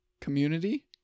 community